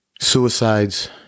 suicides